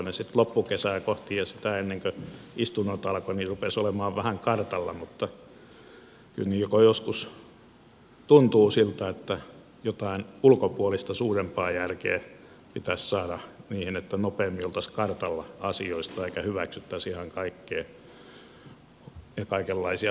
sitten loppukesää kohti ja ennen kuin istunnot alkoivat he rupesivat olemaan vähän kartalla mutta kyllä joskus tuntuu siltä että jotain ulkopuolista suurempaa järkeä pitäisi saada niihin niin että nopeammin oltaisiin kartalla asioista eikä hyväksyttäisi ihan kaikkea ja kaikenlaisia humputuksia ja määritelmiä